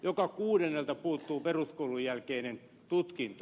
joka kuudennelta puuttuu peruskoulun jälkeinen tutkinto